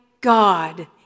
God